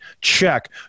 check